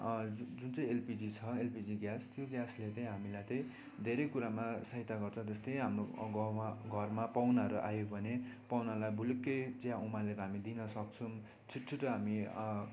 जुन चाहिँ एलपिजी छ एलपिजी ग्यास त्यो ग्यासले त्यही हामीलाई त्यही धेरै कुरामा सहायता गर्छ जस्तै हाम्रो गाउँमा घरमा पाहुनाहरू आयो भने पाहुनालाई भुलुक्कै चिया उमालेर हामी दिन सक्छौँ छिट्छिटो हामी